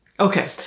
Okay